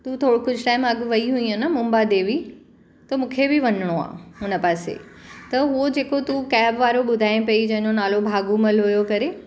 तूं थोरो कुझु टाइम अॻु वई हुई न मुंबा देवी त मूंखे बि वञिणो आहे उन पासे त हू तूं जेको कैब वारो ॿुधाए पई जंहिंजो नालो भागूमल हुओ करे